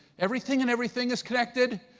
everything and everything is connected.